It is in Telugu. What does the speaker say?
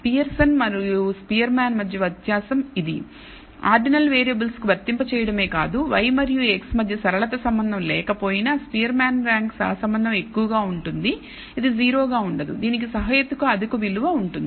పియర్సన్ మరియు స్పియర్మాన్ మధ్య వ్యత్యాసం ఇది ఆర్డినల్ వేరియబుల్స్కు వర్తింపచేయటమే కాదు y మరియు x మధ్య సరళత సంబంధం లేకపోయినా స్పియర్మాన్ ర్యాంక్ సహసంబంధం ఎక్కువగా ఉంటుంది ఇది 0 గా ఉండదు దీనికి సహేతుక అధిక విలువ ఉంటుంది